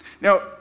Now